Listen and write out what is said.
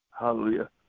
Hallelujah